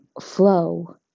flow